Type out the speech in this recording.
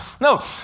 No